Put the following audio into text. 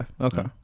Okay